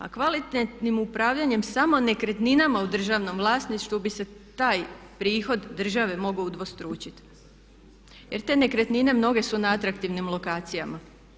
A kvalitetnim upravljanjem samo nekretninama u državnom vlasništvu bi se taj prihod države mogao udvostručiti jer te nekretnine mnoge su na atraktivnim lokacijama.